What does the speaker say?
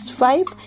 five